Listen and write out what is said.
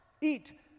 eat